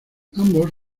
ambos